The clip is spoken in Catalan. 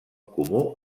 comú